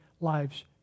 lives